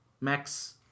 max